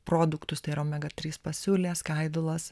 produktus tai yra omega trys pasiūlė skaidulas